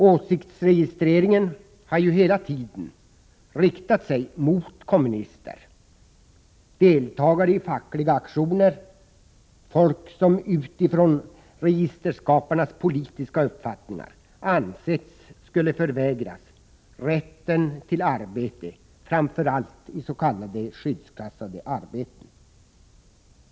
Åsiktsregistreringen har ju hela tiden riktat sig mot kommunister, deltagare i fackliga aktioner och folk som utifrån registerskaparnas politiska uppfattningar borde förvägras rätten till arbete, framför allt i s.k. skyddsklassade arbeten.